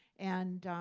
and